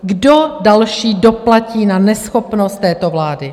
Kdo další doplatí na neschopnost této vlády?